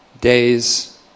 Days